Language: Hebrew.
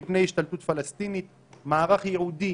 מפני השתלטות פלסטינית מערך ייעודי,